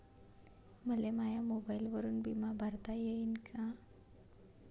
मले माया मोबाईलवरून बिमा भरता येईन का?